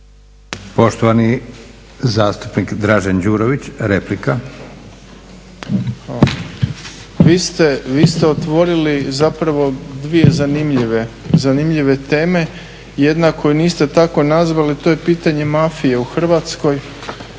replika. **Đurović, Dražen (HDSSB)** Hvala. Vi ste otvorili zapravo dvije zanimljive teme. Jedna koju niste tako nazvali, to je pitanje mafije u Hrvatskoj.